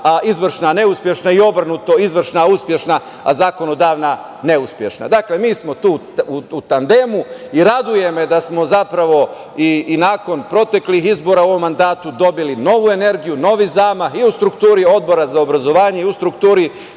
izvršna neuspešna i obrnuto – izvršna uspešna a zakonodavna neuspešna. Dakle, mi smo tu u tandemu i raduje me da smo zapravo i nakon proteklih izbora u ovom mandatu dobili novu energiju, novi zamah i u strukturi Odbora za obrazovanje i u strukturi